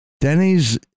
Denny's